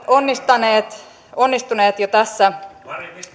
onnistuneet onnistuneet jo tässä